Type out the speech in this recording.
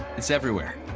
it's everywhere.